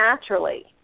naturally